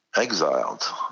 exiled